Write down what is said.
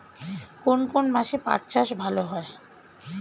কোন কোন মাসে পাট চাষ ভালো হয়?